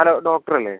hello doctor അല്ലേ